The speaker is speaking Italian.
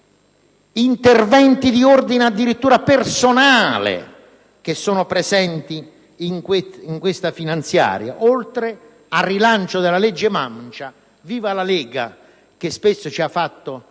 interventi di ordine addirittura personale presenti in questa finanziaria, oltre al rilancio della legge mancia. Viva la Lega, che spesso ci ha fatto da